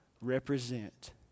Represent